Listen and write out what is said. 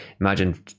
imagine